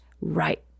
right